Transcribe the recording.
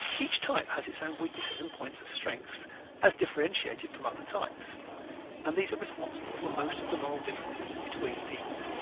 each type has its own weaknesses and points of strength as differentiated from other types and these are responsible for most of the moral differences between people.